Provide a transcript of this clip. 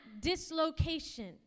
dislocation